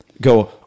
go